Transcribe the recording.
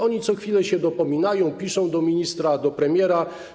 Oni co chwilę się dopominają, piszą do ministra, do premiera.